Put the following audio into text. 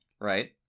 right